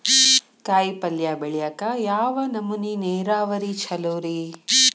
ಕಾಯಿಪಲ್ಯ ಬೆಳಿಯಾಕ ಯಾವ್ ನಮೂನಿ ನೇರಾವರಿ ಛಲೋ ರಿ?